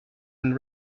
and